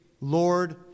Lord